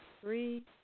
three